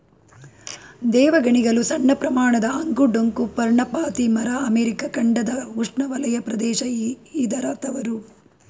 ದೇವಗಣಿಗಲು ಸಣ್ಣಪ್ರಮಾಣದ ಅಂಕು ಡೊಂಕು ಪರ್ಣಪಾತಿ ಮರ ಅಮೆರಿಕ ಖಂಡದ ಉಷ್ಣವಲಯ ಪ್ರದೇಶ ಇದರ ತವರು